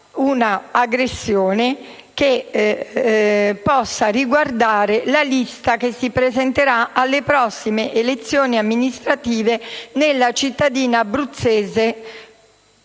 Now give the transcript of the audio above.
un'aggressione che possa riguardare la lista che si presenterà alle prossime elezioni amministrative nella cittadina abruzzese